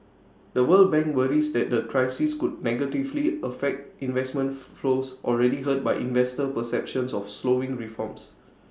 the world bank worries that the crisis could negatively affect investment flows already hurt by investor perceptions of slowing reforms